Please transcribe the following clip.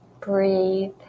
Breathe